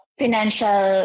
financial